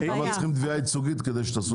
למה צריך תביעה ייצוגית כדי שתעשו דבר כזה?